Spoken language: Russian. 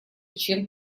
чем